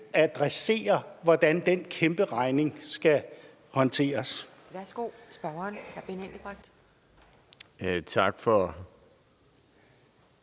adresserer, hvordan den kæmperegning skal håndteres.